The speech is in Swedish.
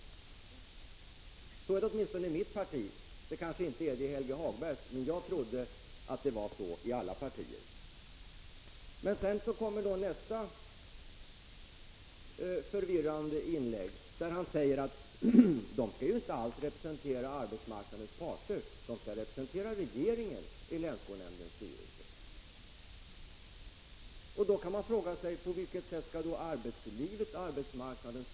Så är det åtminstone i mitt parti. Det kanske inte är så i Helge Hagbergs, men jag trodde att det var så i alla partier. Nästa förvirrande påstående som Helge Hagberg gjorde var att dessa personer inte skall representera arbetsmarknadens parter, utan de skall representera regeringen i länsskolnämndens styrelse. Då kan man ställa frågan: På vilket sätt skall då arbetsmarknadens parter föra fram sina — Prot.